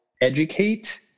educate